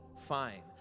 fine